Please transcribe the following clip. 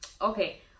okay